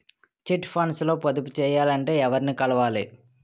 Chit funds లో పొదుపు చేయాలంటే ఎవరిని కలవాలి?